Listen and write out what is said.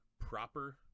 proper